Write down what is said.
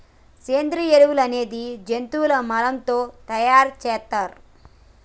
సేంద్రియ ఎరువులు అనేది జంతువుల మలం తో తయార్ సేత్తర్